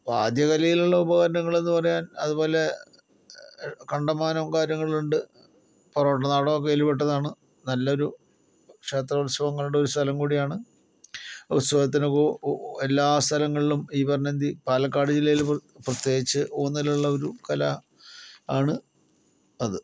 വാദ്യകലയിലുള്ള ഉപകരണങ്ങളെന്ന് പറയാൻ അതുപോലെ കണ്ടമാനം കാര്യങ്ങളുണ്ട് പൊറോട്ട് നാടകമൊക്കെ അതിൽ പെട്ടതാണ് നല്ലൊരു ക്ഷേത്രോത്സവങ്ങളുടെ ഒരു സ്ഥലം കൂടിയാണ് ഉത്സവത്തിനിപ്പോൾ എല്ലാ സ്ഥലങ്ങളിലും ഈ പറഞ്ഞ എന്ത് പാലക്കാട് ജില്ലയിൽ പ്രത്യേകിച്ച് ഊന്നലുള്ള ഒരു കല ആണ് അത്